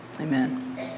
Amen